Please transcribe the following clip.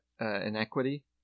inequity